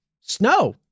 snow